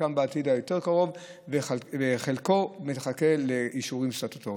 חלקן בעתיד היותר-קרוב וחלקן מחכה לאישורים סטטוטוריים.